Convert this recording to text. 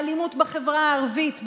באלימות בחברה הערבית,